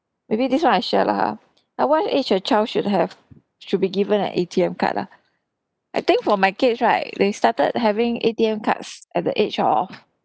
maybe this one I shared lah ha at what age a child should have should be given an A_T_M card ah I think for my kids right they started having A_T_M cards at the age of